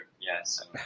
Yes